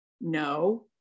No